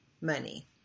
money